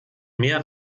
mehr